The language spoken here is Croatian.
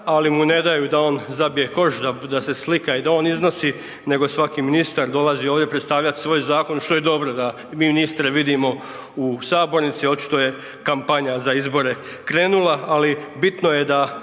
ali mu ne daju da on zabije koš, da se slika i da on iznosi nego svaki ministar dolazi ovdje predstavljat svoj zakon što je dobro da ministre vidimo u sabornici, očito je kampanja za izbore krenula, ali bitno je da